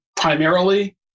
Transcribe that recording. primarily